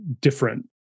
different